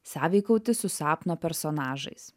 sąveikauti su sapno personažais